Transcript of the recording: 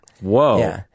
Whoa